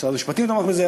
משרד המשפטים תומך בזה,